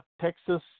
Texas